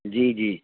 جی جی